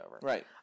Right